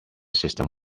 system